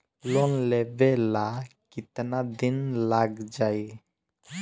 Loan लेबे ला कितना दिन लाग जाई?